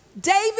David